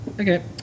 Okay